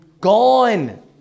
Gone